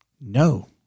No